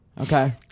Okay